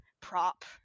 prop